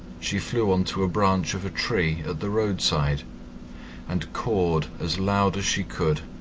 she flew on to a branch of a tree at the roadside and cawed as loud as she could.